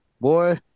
Boy